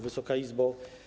Wysoka Izbo!